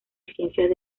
ciencias